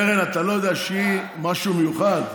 קרן, אתה לא יודע שהיא משהו מיוחד?